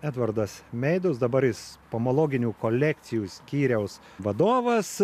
edvardas meidus dabar jis pomologinių kolekcijų skyriaus vadovas